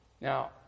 Now